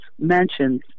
mentions